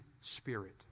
spirit